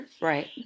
Right